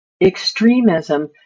extremism